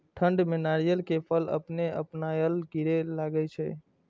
ठंड में नारियल के फल अपने अपनायल गिरे लगए छे?